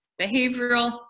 behavioral